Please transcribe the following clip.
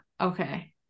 okay